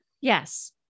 Yes